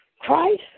Christ